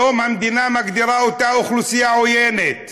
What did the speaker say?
היום המדינה מגדירה אותה אוכלוסייה עוינת.